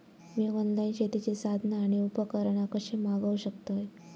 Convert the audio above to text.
मी online शेतीची साधना आणि उपकरणा कशी मागव शकतय?